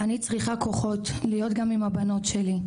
אני צריכה כוחות להיות גם עם הבנות שלי,